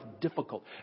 difficult